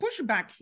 pushback